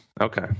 Okay